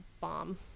bomb